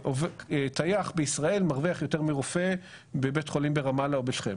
טייח בישראל מרוויח יותר מרופא בבית חולים ברמאללה או בשכם